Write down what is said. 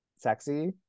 sexy